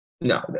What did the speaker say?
No